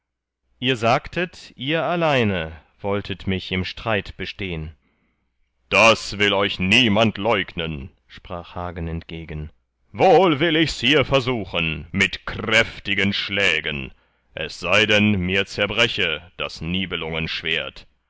ihr sagtet ihr alleine wolltet mich im streit bestehn das wird euch niemand leugnen sprach hagen entgegen wohl will ichs hier versuchen mit kräftigen schlägen es sei denn mir zerbreche das